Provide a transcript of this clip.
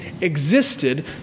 existed